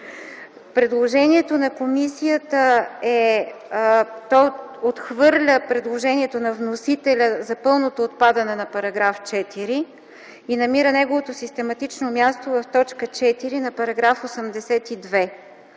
предложението на комисията отхвърля предложението на вносителя за пълното отпадане на § 4 и намира неговото систематично място в т. 4 на § 82.